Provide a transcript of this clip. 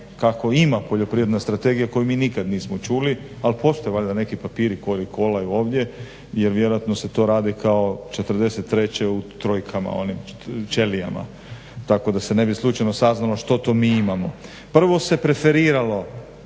kako ima poljoprivredna strategija koju mi nikad nismo čuli, ali postoje valjda neki papiri koji kolaju ovdje jer vjerojatno se to radi kao '43. u trojkama onim, ćelijama tako da se ne bi slučajno saznalo što to mi imamo. Prvo se preferiralo